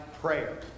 prayer